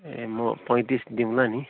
ए म पैँतिस दिउँला नि